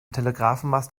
telegrafenmast